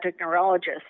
neurologist